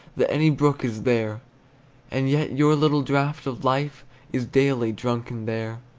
that any brook is there and yet your little draught of life is daily drunken there.